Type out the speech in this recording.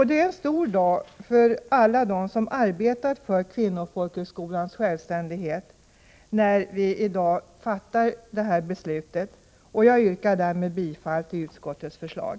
Det är en stor dag för alla dem som arbetat för kvinnofolkhögskolans självständighet, när vi i dag fattar det här beslutet. Jag yrkar härmed bifall till utskottets förslag.